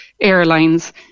airlines